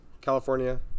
California